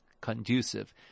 conducive